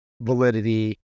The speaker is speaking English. validity